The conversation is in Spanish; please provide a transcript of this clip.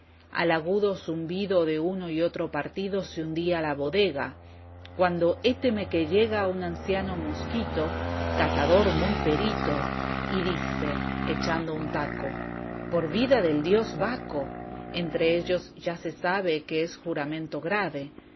al agudo zumbido de uno y otro partido se hundía la bodega cuando héteme que llega un anciano mosquito catador muy perito y dice echando un taco por vida del dios baco donde yo estoy ninguno dará más